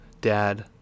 dad